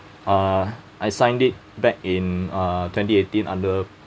uh I signed it back in uh twenty eighteen under